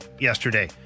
yesterday